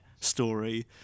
story